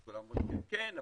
אומרים: כן,